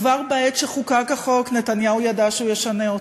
כבר בעת שחוקק החוק נתניהו ידע שהוא ישנה אותו.